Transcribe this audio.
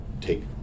take